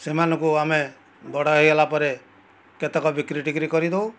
ସେମାନଙ୍କୁ ଆମେ ବଡ଼ ହୋଇଗଲାପରେ କେତେକ ବିକ୍ରିଟିକ୍ରି କରିଦେଉ